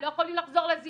הם לא יכולים לחזור לזירה